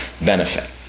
benefit